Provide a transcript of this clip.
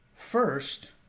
First